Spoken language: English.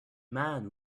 man